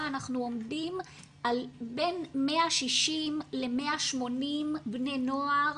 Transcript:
אנחנו עומדים על בין 160 ל-180 בני נוער